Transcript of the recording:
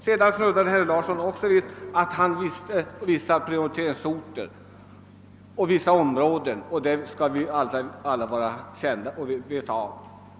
Herr Larsson i Umeå antydde att man visste vilka orter som borde bli prioriteringsorter.